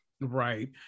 Right